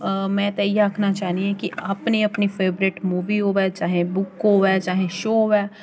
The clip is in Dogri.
में ते इ'यै आखना चाह्न्नी आं कि अपनी अपनी फेवरेट मूवी होऐ चाहे बुक होऐ चाहे शो होऐ